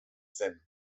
zen